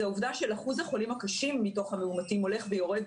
העובדה שאחוז החולים הקשים מתוך המאומתים הולך ויורד,